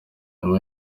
nyuma